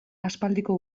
aspaldiko